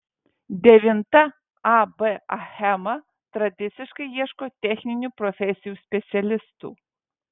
devinta ab achema tradiciškai ieško techninių profesijų specialistų